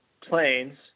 planes